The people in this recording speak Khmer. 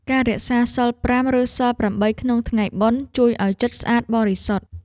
ការរក្សាសីលប្រាំ ឬសីលប្រាំបីក្នុងថ្ងៃបុណ្យ ជួយឱ្យចិត្តស្អាតបរិសុទ្ធ។